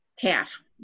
calf